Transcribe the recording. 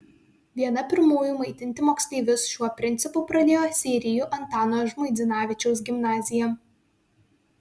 viena pirmųjų maitinti moksleivius šiuo principu pradėjo seirijų antano žmuidzinavičiaus gimnazija